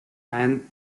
and